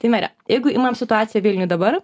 tai mere jeigu imam situaciją vilniuj dabar